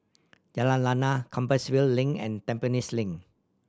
Jalan Lana Compassvale Link and Tampines Link